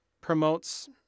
promotes